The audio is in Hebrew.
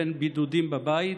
לבין בידודים בבית,